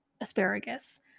asparagus